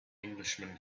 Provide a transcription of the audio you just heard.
englishman